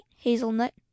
Hazelnut